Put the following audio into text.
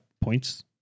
points